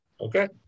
okay